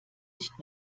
nicht